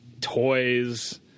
Toys